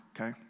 okay